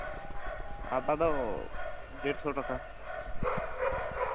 ᱟᱫᱟ ᱫᱚ ᱫᱮᱲᱥᱚ ᱴᱟᱠᱟ